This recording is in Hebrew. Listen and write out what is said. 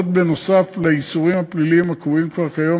נוסף על האיסורים הפליליים הקבועים כבר כיום